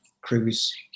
crews